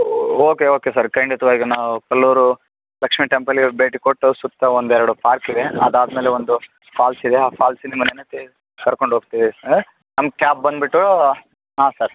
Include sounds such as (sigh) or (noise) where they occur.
okay okay sir ಖಂಡಿತವಾಗಿ ನಾವು ಕಲ್ಲೂರು ಲಕ್ಷ್ಮೀ ಟೆಂಪಲಿಗೆ ಹೋಗಿ ಭೇಟಿ ಕೊಟ್ಟು ಸುತ್ತಾ ಒಂದೆರಡು ಪಾರ್ಕ್ ಇವೆ ಅದಾದ್ಮೇಲೆ ಒಂದು ಫಾಲ್ಸ್ ಇದೆ ಆ ಫಾಲ್ಸಿಗೆ ನಿಮ್ಮನ್ನ (unintelligible) ಕರ್ಕೊಂಡು ಹೋಗ್ತೀವಿ ನಮ್ಮ ಕ್ಯಾಬ್ ಬನ್ಬಿಟ್ಟು ಹಾಂ ಸರ್